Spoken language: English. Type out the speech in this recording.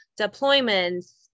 deployments